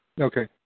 okay